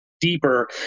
deeper